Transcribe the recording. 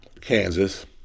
Kansas